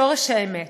לשורש האמת,